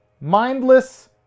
mindless